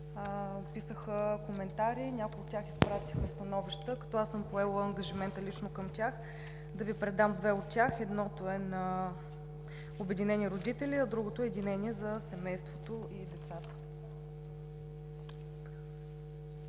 Писаха коментари, някои от тях изпратиха становища, като аз съм поела ангажимента лично към тях да Ви предам две от тях – едното е на „Обединени родители“, другото е „Единение за семейството и децата“.